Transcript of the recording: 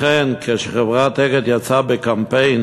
לכן כשחברת "אגד" יצאה בקמפיין